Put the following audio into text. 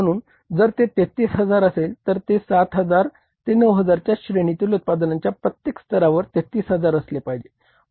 म्हणून जर ते 33000 असेल तर ते 7000 ते 9000 च्या श्रेणीतील उत्पादनाच्या प्रत्येक स्तरावर 33000 असले पाहिजे